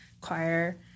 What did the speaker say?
choir